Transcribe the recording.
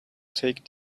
take